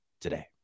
today